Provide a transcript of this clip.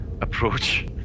approach